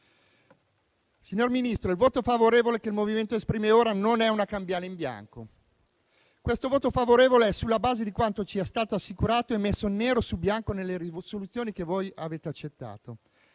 favore, ma il voto favorevole che il MoVimento esprime ora non è una cambiale in bianco. Questo voto favorevole è sulla base di quanto ci è stato assicurato e messo nero su bianco nelle risoluzioni che voi avete accettato.